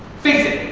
face it.